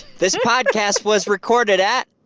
this podcast was recorded at.